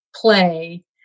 play